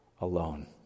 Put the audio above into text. alone